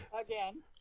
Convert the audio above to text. again